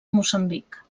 moçambic